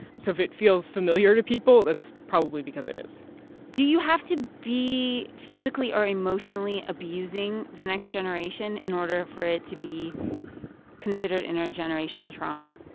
so if it feels familiar to people, that's probably because it is do you have to be physically or emotionally abusing the next generation in order for it to be considered intergenerational trauma?